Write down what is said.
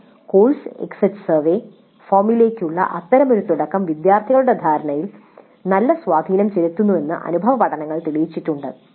എന്നാൽ course exit survey ഫോമിലേക്കുള്ള അത്തരമൊരു തുടക്കം വിദ്യാർത്ഥികളുടെ ധാരണയിൽ നല്ല സ്വാധീനം ചെലുത്തുന്നുവെന്ന് അനുഭവപഠനങ്ങൾ തെളിയിച്ചിട്ടുണ്ട്